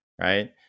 right